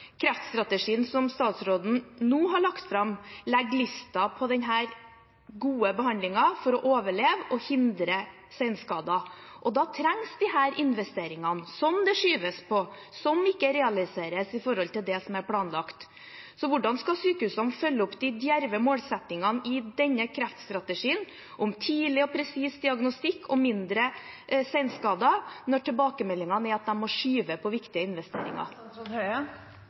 Kreftstrategien som statsråden nå har lagt fram, legger lista på denne gode behandlingen for å overleve og hindre senskader. Da trengs disse investeringene, som det skyves på, og som ikke realiseres i forhold til det som er planlagt. Hvordan skal sykehusene følge opp de djerve målsettingene i denne kreftstrategien om tidlig og presis diagnostikk og mindre senskader når tilbakemeldingene er at de må skyve på viktige investeringer?